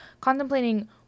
contemplating